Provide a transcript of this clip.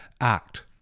act